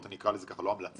הזדמנות